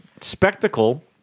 spectacle